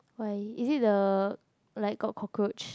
why is the like got cockroach